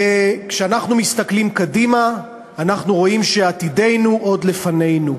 וכשאנחנו מסתכלים קדימה אנחנו רואים שעתידנו עוד לפנינו.